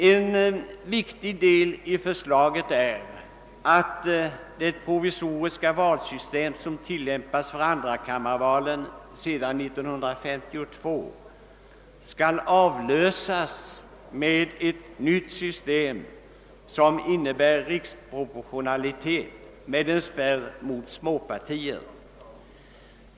En viktig del i förslaget är att det provisoriska valsystem, som tillämpats för andrakammarvalen sedan 1952, skall avlösas av ett nytt system som innebär riksproportionalitet med en spärr mot småpartier.